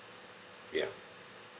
ya